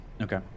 Okay